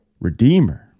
Redeemer